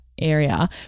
Area